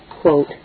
quote